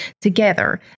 together